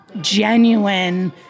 genuine